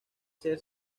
ser